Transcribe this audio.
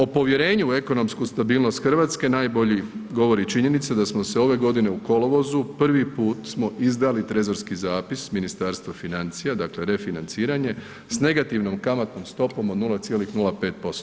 O povjerenju u ekonomsku stabilnost Hrvatske najbolje govori činjenica da smo se ove godine u kolovozu, prvi put smo izdali trezorski zapis Ministarstva financija, dakle refinanciranje s negativnom kamatnom stopom od 0,05%